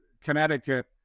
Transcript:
Connecticut